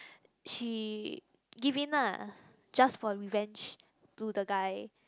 she give in lah just for revenge to the guy